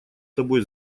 тобой